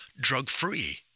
drug-free